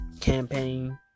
campaign